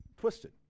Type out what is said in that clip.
twisted